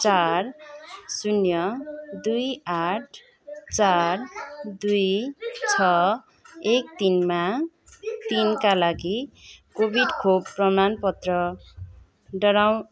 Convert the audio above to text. चार दुई आठ चार दुई छ एक तिनमा तिनका लागि कोविड खोप प्रमाण पत्र